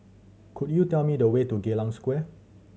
could you tell me the way to Geylang Square